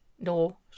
no